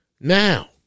Now